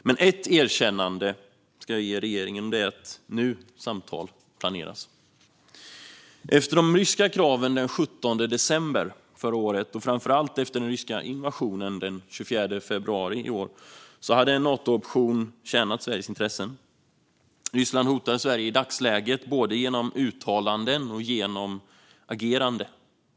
Men ett erkännande ska jag ge regeringen, och det är att samtal nu planeras. Efter de ryska kraven den 17 december förra året och framför allt efter den ryska invasionen den 24 februari i år hade en Natooption tjänat Sveriges intressen. Ryssland hotar Sverige i dagsläget genom både uttalanden och agerande.